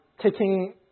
taking